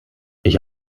ich